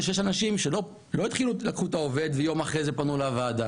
זה שיש אנשים שלא לקחו את העובד ויום אחרי זה פנו לוועדה,